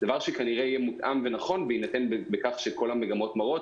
דבר שיהיה מותאם ונכון בהינתן שכל המגמות מראות